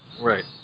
Right